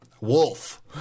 wolf